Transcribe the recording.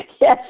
Yes